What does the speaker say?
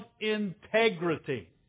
integrity